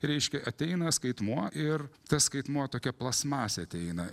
reiškia ateina skaitmuo ir tas skaitmuo tokia plastmase ateina